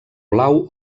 blau